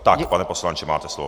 Tak, pane poslanče, máte slovo.